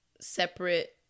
separate